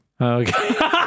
Okay